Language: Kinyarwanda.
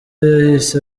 yahise